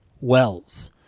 Wells